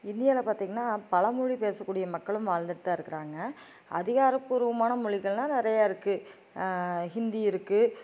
இந்தியாவில் பார்த்திங்கன்னா பலமொழி பேசக்கூடிய மக்களும் வாழ்ந்துட்தான் இருக்கிறாங்க அதிகாரபூர்வமான மொழிகள்ன்னா நிறைய இருக்குது ஹிந்தி இருக்குது